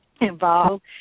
involved